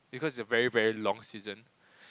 because it's a very very long season